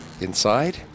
Inside